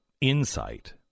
insight